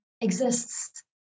exists